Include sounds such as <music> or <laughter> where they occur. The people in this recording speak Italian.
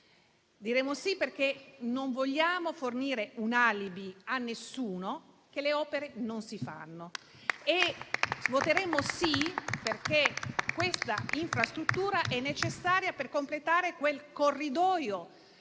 Diremo sì perché non vogliamo fornire un alibi a nessuno rispetto al fatto che le opere non si fanno. <applause> Voteremo sì perché questa infrastruttura è necessaria per completare quel corridoio